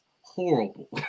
horrible